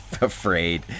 afraid